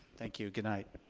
thank you, goodnight.